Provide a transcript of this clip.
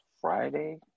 Friday